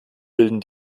bilden